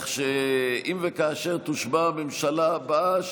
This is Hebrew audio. אם וכאשר תושבע הממשלה הבאה,